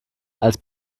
als